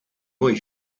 mooi